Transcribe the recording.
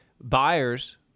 buyers